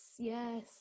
Yes